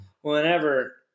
whenever